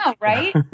right